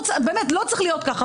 באמת, זה לא צריך להיות ככה.